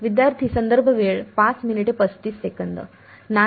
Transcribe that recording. विद्यार्थीः नाही